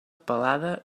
pelada